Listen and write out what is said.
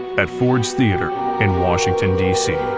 at ford's theatre in washington dc.